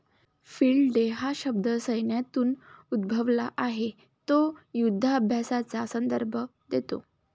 field day हा शब्द सैन्यातून उद्भवला आहे तो युधाभ्यासाचा संदर्भ देतो